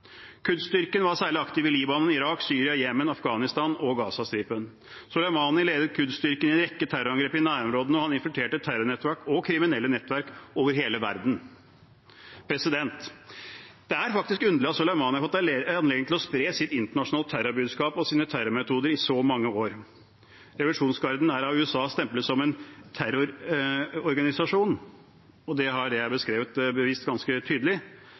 var særlig aktiv i Libanon, Irak, Syria, Jemen, Afghanistan og Gazastripen. Soleimani ledet Qud-styrken i en rekke terrorangrep i nærområdene, og han infiltrerte terrornettverk og kriminelle nettverk over hele verden. Det er faktisk underlig at Soleimani har fått anledning til å spre sitt internasjonale terrorbudskap og sine terrormetoder i så mange år. Revolusjonsgarden er av USA stemplet som en terrororganisasjon, og det har det jeg har beskrevet, vist ganske tydelig.